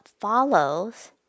follows